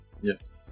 Yes